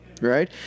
right